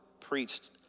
preached